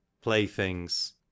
playthings